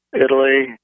Italy